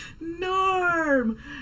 Norm